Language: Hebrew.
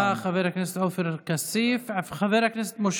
תודה, חבר הכנסת עופר כסיף.